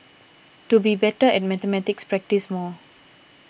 to be better at mathematics practise more